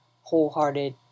wholehearted